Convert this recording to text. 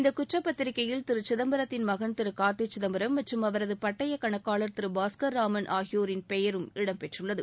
இந்த குற்றப்பத்திரிகையில் திரு சிதம்பரத்தின் மகன் திரு கார்த்தி சிதம்பரம் மற்றும் அவரது பட்டயக் கணக்காளர் திரு பாஸ்கர் ராமன் ஆகியோரின் பெயரும் இடம்பெற்றுள்ளது